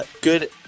good